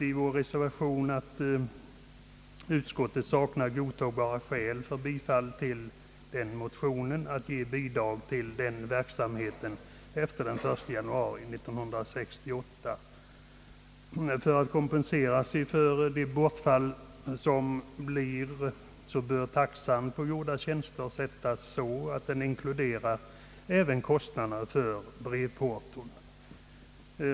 Vi har i reservationen framhållit, att utskottet saknar godtagbara skäl att tillstyrka bidrag för detta ändamål efter den 1 januari 1968. Kompensation för bortfallet av denna rätt bör ges genom att taxan för gjorda tjänster avvägs så, att den inkluderar även kostnaderna för brevporton.